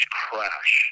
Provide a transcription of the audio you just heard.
crash